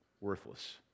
worthless